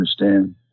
understand